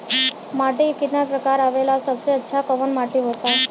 माटी के कितना प्रकार आवेला और सबसे अच्छा कवन माटी होता?